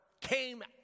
came